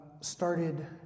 started